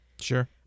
sure